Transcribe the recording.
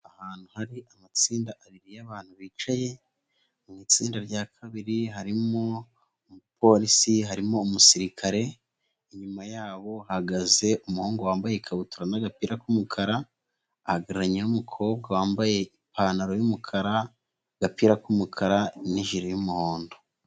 Ahantu hari amatsinda abiri y'abantu bicaye, mu itsinda rya kabiri harimo umupolisi, harimo umusirikare, inyuma yabo hahagaze umuhungu wambaye ikabutura n'agapira k'umukara, ahagararanye n'umukobwa wambaye ipantaro y'umukara, agapira k'umukara n'ijiri y'umuhondo.